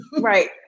Right